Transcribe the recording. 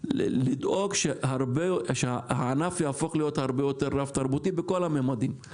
לדאוג שהענף יהפוך להיות הרבה יותר רב-תרבותי בכל המימדים,